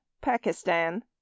Pakistan